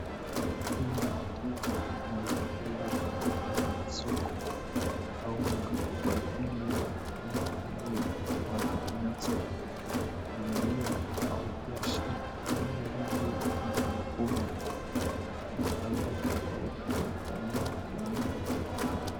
Hii ndizi na imo katika soko au maduka kwa ajili ya matumizi ya watu binafsi, familia, au biashara, ndizi hii moja huwa ya aina tofauti kwa raha ya kutumia.